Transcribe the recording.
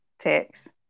text